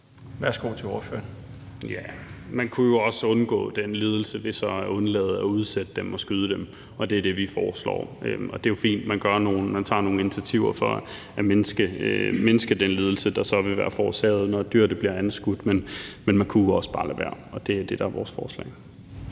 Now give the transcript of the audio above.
Valentin (SF): Man kunne jo også undgå den lidelse, ved så at undlade at udsætte dem og skyde dem, og det er det, vi foreslår. Det er jo fint, at man tager initiativer for at mindske den lidelse, der forårsages, når et dyr bliver anskudt, men man kunne jo også bare lade være, og det er det, der er vores forslag.